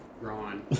Ron